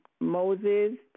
Moses